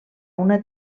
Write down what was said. una